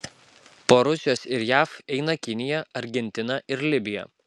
po rusijos ir jav eina kinija argentina ir libija